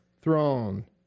throne